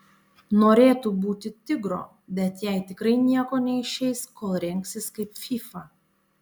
norėtų būti tigro bet jai tikrai nieko neišeis kol rengsis kaip fyfa